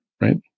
Right